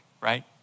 right